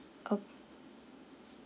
okay